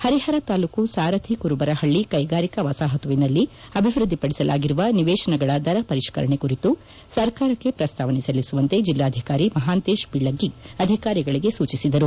ಹರಿಹರ ತಾಲ್ಲೂಕು ಸಾರಥಿ ಕುರುಬರಹಳ್ಳಿ ಕೈಗಾರಿಕಾ ಮಸಾಹತುವಿನಲ್ಲಿ ಅಭಿವೃದ್ದಿಪಡಿಸಲಾಗಿರುವ ನಿವೇಶನಗಳ ದರ ಪರಿಷ್ಠರಣೆ ಕುರಿತು ಸರ್ಕಾರಕ್ಕೆ ಪ್ರಸ್ತಾವನೆ ಸಲ್ಲಿಸುವಂತೆ ಜಿಲ್ಲಾಧಿಕಾರಿ ಮಹಾಂತೇಶ್ ಬೀಳಗಿ ಅಧಿಕಾರಿಗಳಿಗೆ ಸೂಚಿಸಿದರು